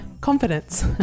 confidence